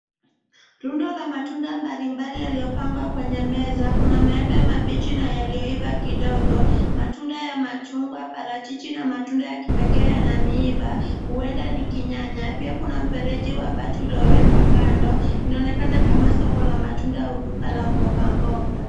Rundo la matunda mbali mbali yaliyopangwa kwenye meza. Kuna maembe mabichi na yaliyoiva kidogo, matunda ya machungwa, parachichi na matunda ya kipekee yana miiba, huenda ni kinyanya. Pia kuna mfereji wa bati uliowekwa kando. Inaonekana kama soko la matunda au duka la mboga mboga.